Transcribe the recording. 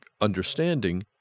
understanding